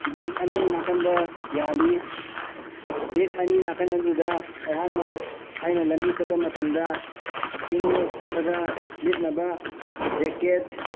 bag ꯑꯅꯤ ꯅꯥꯀꯟꯗ ꯌꯥꯜꯂꯤ ꯕꯦꯛ ꯑꯅꯤ ꯅꯥꯀꯜ ꯑꯅꯤ ꯑꯗꯨꯗ ꯑꯩꯍꯥꯛꯅ ꯑꯩꯅ ꯂꯝꯕꯤ ꯆꯠꯄ ꯃꯇꯝꯗ ꯏꯪꯉꯛꯄꯗ ꯂꯤꯠꯅꯕ ꯖꯦꯛꯀꯦꯠ